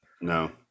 No